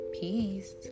Peace